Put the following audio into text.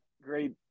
Great